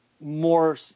more